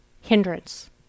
hindrance